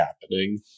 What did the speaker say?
happening